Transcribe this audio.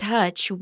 touch